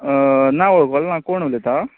ना वोळकल ना कोण उलयता